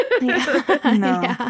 No